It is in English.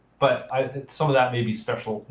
but some of that may be special,